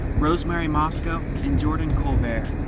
rosemary mosco, and jordan collver.